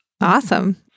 Awesome